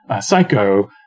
Psycho